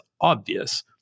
obvious